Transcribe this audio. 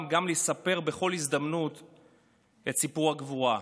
גם לספר בכל הזדמנות את סיפור הגבורה.